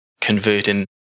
converting